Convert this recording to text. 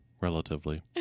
Relatively